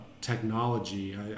technology